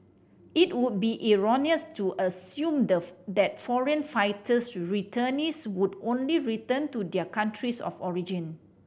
it would be erroneous to assume the that foreign fighter returnees would only return to their countries of origin